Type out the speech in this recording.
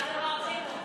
זה הדבר הכי טוב